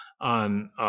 on